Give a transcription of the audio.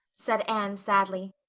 said anne sadly.